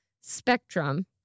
spectrum